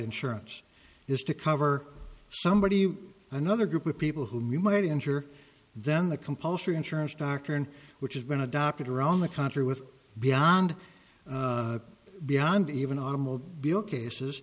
insurance is to cover somebody another group of people whom you might injure then the compulsory insurance doctrine which has been adopted or on the country with beyond beyond even automobile cases